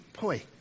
Boy